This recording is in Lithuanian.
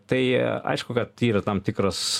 tai aišku kad yra tam tikras